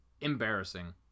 embarrassing